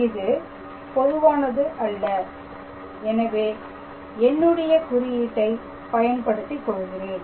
இது பொதுவானது அல்ல எனவே என்னுடைய குறியீட்டைப் பயன்படுத்தி கொள்கிறேன்